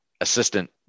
assistant